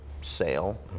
sale